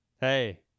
Hey